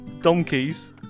Donkeys